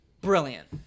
brilliant